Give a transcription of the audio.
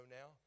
now